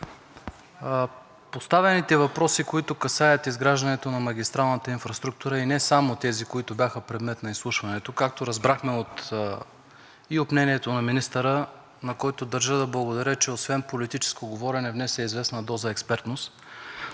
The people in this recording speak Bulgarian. Поставените въпроси, които касаят изграждането на магистралната инфраструктура, а и не само тези, които бяха предмет на изслушването, както разбрахме и от мнението на министъра, на който държа да благодаря, че освен политическо говорене внесе известна доза експертност,